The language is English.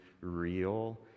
real